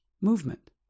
movement